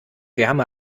wärme